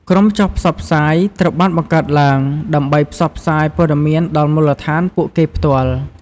ក្រុមចុះផ្សព្វផ្សាយ ត្រូវបានបង្កើតឡើងដើម្បីផ្សព្វផ្សាយព័ត៌មានដល់មូលដ្ឋានពួកគេផ្ទាល់។